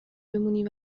بمونی